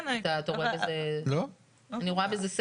רואה בזה סדר.